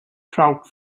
trout